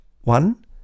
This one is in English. One